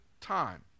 time